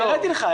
הראיתי לך.